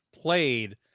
played